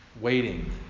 waiting